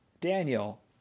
daniel